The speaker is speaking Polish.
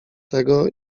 tego